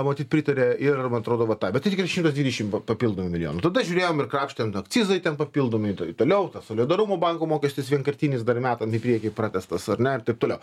matyt pritarė ir man atrodo va tą bet lyg ir šimtas dvidešim p papildomų milijonų tada žiūrėjom ir krapštėm akcizai ten papildomi tai toliau tas solidarumo banko mokestis vienkartinis dar metam į priekį pratęstas ar ne ir taip toliau